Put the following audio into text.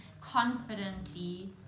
confidently